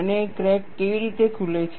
અને ક્રેક કેવી રીતે ખુલે છે